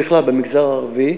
ובכלל במגזר הערבי,